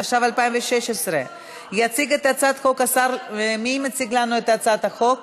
התשע"ו 2016. מי מציג לנו את הצעת החוק?